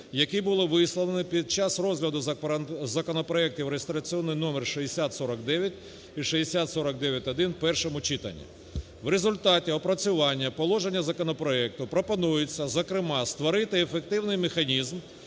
які були висловлені під час розгляду законопроектів (реєстраційний номер 6049 і 6049-1) в першому читанні. В результаті опрацювання положень законопроекту пропонується зокрема створити ефективний механізм